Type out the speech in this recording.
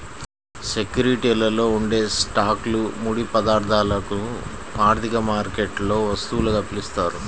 సెక్యూరిటీలలో ఉండే స్టాక్లు, ముడి పదార్థాలను ఆర్థిక మార్కెట్లలో వస్తువులుగా పిలుస్తారు